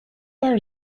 are